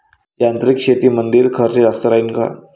यांत्रिक शेतीमंदील खर्च जास्त राहीन का?